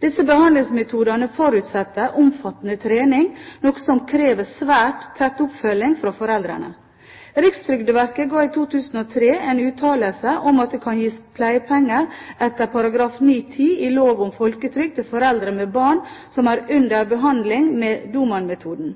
Disse behandlingsmetodene forutsetter omfattende trening, noe som krever svært tett oppfølging fra foreldrene. Rikstrygdeverket ga i 2003 en uttalelse om at det kan gis pleiepenger etter § 9-10 i lov om folketrygd til foreldre med barn som er under behandling med Doman-metoden.